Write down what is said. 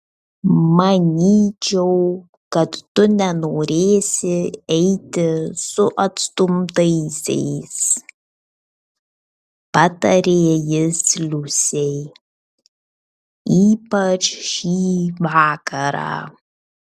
manyčiau kad tu nenorėsi eiti su atstumtaisiais patarė jis liusei ypač šį vakarą